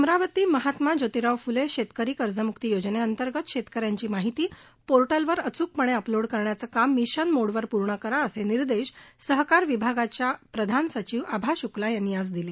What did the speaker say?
अमरावती महात्मा जोतिराव फुले शेतकरी कर्जमुकी योजनेंतर्गत शेतकऱ्यांची माहिती पोर्टलवर अचूकपणे अपलोड करण्याचं काम प्राधान्यानं पूर्ण करा असे निदॅश सहकार विभागाच्या प्रधान सचिव आभा शुक्ला यांनी आज दिले